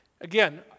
Again